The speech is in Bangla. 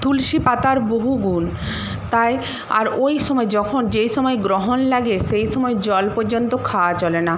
তুলসী পাতার বহু গুণ তাই আর ওই সময় যখন যেই সময় গ্রহণ লাগে সেই সময় জল পর্যন্ত খাওয়া চলে না